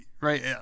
right